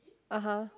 (uh huh)